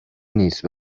نیست